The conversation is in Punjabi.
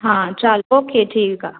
ਹਾਂ ਚੱਲ ਓਕੇ ਠੀਕ ਆ